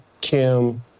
Kim